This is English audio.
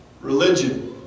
religion